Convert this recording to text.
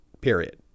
Period